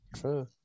True